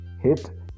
hit